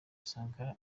sankara